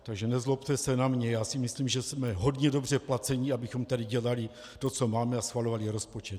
Takže nezlobte se na mě, já si myslím, že jsme hodně dobře placeni, abychom tady dělali to, co máme, a schvalovali rozpočet.